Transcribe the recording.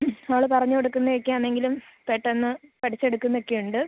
അവൾ പറഞ്ഞ് പറഞ്ഞുകൊടുക്കുന്നത് ഒക്കെ ആണെങ്കിലും പെട്ടെന്ന് പഠിച്ച് എടുക്കുന്ന് ഒക്കെ ഉണ്ട്